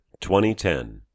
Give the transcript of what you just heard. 2010